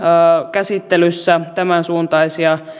käsittelyssä tämänsuuntaisia